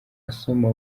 asoma